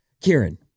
Kieran